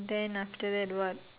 then after that what